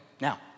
now